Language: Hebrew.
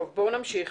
בואו נמשיך.